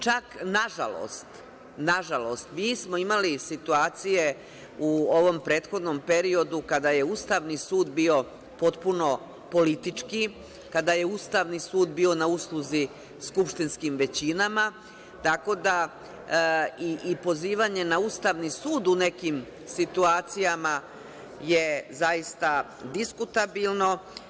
Čak, nažalost, smo imali situacije u ovom prethodnom periodu kada je Ustavni sud bio potpuno politički, kada je Ustavni sud bio na usluzi skupštinskim većinama, tako da i pozivanje na Ustavni sud u nekim situacijama je zaista diskutabilno.